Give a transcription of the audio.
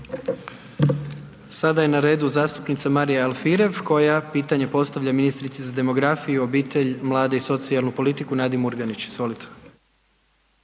Sada je na redu zastupnica Marija Alfirev, koja pitanje postavlja ministrici za demografiju, obitelj, mlade i socijalnu politiku, Nadi Murganić, izvolite.